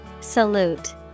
Salute